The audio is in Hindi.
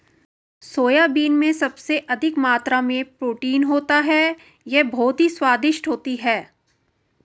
सोयाबीन में सबसे अधिक मात्रा में प्रोटीन होता है यह बहुत ही स्वादिष्ट होती हैं